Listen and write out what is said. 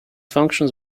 functions